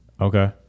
Okay